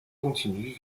continue